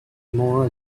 more